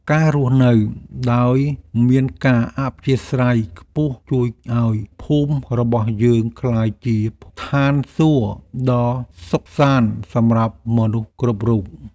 ការរស់នៅដោយមានការអធ្យាស្រ័យខ្ពស់ជួយឱ្យភូមិរបស់យើងក្លាយជាឋានសួគ៌ដ៏សុខសាន្តសម្រាប់មនុស្សគ្រប់រូប។